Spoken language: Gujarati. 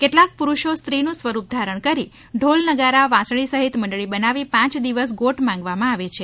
કેટલાક પુરૂષો સ્ત્રીનું સ્વરૂપ ધારણ કરી ઢોલ નગારા વાંસળી સહિત મંડળી બનાવી પાય દિવસ ગોટ માંગવામાં આવે છે